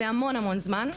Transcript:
זה המון המון זמן.